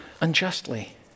Unjustly